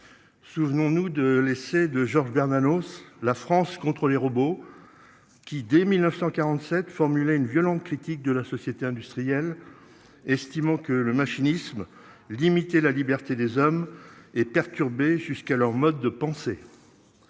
Souvenons-nous de l'essai de Georges Bernanos. La France contre les robots. Qui dès 1947 formulé une violente critique de la société industrielle. Estimant que le machinisme limiter la liberté des hommes et perturbé jusqu'à leur mode de pensée.